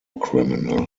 criminal